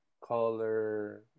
color